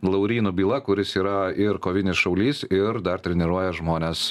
laurynu byla kuris yra ir kovinis šaulys ir dar treniruoja žmones